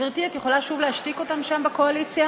גברתי, את יכולה שוב להשתיק אותם, שם בקואליציה?